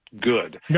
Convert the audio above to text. good